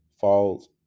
falls